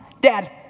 dad